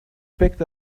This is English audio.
picked